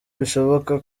bishoboka